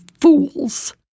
fools